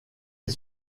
est